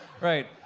Right